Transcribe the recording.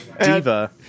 diva